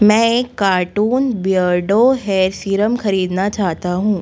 मैं एक carton Beardo hair serum खरीदना चाहता हूँ